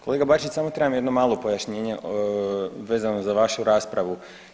Kolega Bačić, samo trebam jedno malo pojašnjenje vezano za vašu raspravu.